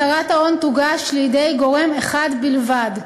הצהרת ההון תוגש לידי גורם אחד בלבד,